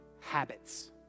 habits